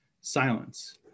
silence